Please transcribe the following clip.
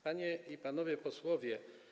Panie i Panowie Posłowie!